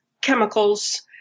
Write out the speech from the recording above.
chemicals